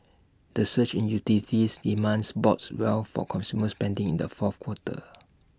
the surge in utilities demands bodes well for consumer spending in the fourth quarter